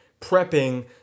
prepping